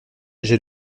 j’ai